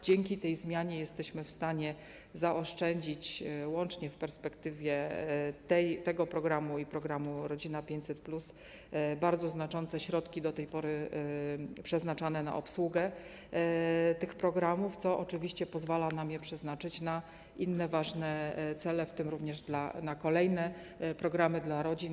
Dzięki tej zmianie jesteśmy w stanie zaoszczędzić łącznie w perspektywie tego programu i programu „Rodzina 500+” bardzo znaczące środki, do tej pory przeznaczane na obsługę tych programów, co oczywiście pozwala nam je przeznaczyć na inne ważne cele, w tym również na kolejne programy dla rodzin.